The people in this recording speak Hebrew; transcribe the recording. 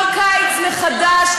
כל קיץ מחדש,